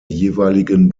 jeweiligen